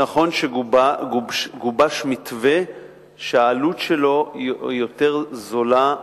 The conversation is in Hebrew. נכון שגובש מתווה שהעלות שלו היא יותר נמוכה,